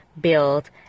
build